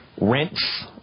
Rents